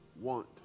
want